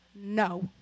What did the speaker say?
no